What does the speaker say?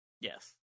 Yes